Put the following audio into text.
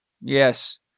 yes